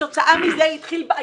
כתוצאה מזה התחיל כל הבלגן.